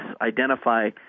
identify